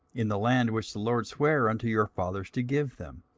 in the land which the lord sware unto your fathers to give them,